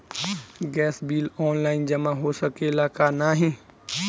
Gas bill online जमा हो सकेला का नाहीं?